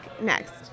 next